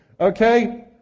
Okay